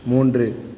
மூன்று